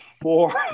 four